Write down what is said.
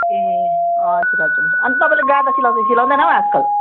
ए हजुर हजुर हुन्छ अन्त तपाईँले गादा सिलाउँछ कि सिलाउँदैन हौ आजकल